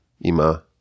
Ima